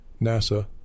NASA